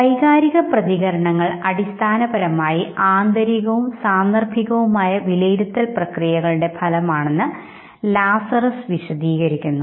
വൈകാരിക പ്രതികരണങ്ങൾ അടിസ്ഥാനപരമായി ആന്തരികവും സാന്ദര്ഭികവുമായ വിലയിരുത്തൽ പ്രക്രിയകളുടെ ഫലമാണെന്ന് ലാസറസ് വിശദീകരിക്കുന്നു